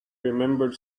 remembered